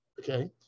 Okay